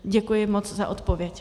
Děkuji moc za odpověď.